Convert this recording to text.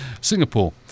singapore